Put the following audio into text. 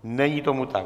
Není tomu tak.